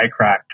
iCracked